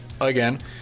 again